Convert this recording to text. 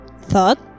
thought